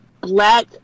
black